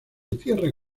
tierra